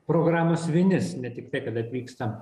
programos vinis ne tiktai kad atvyksta